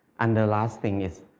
and the last thing is,